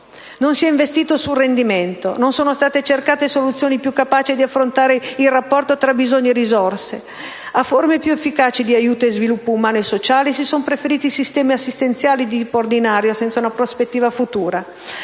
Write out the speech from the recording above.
Non si è investito sul rendimento. Non sono state cercate soluzioni più capaci di affrontare il rapporto tra bisogni e risorse. A forme più efficaci di aiuto e sviluppo umano e sociale, si sono preferiti sistemi assistenziali di tipo ordinario, senza una prospettiva futura.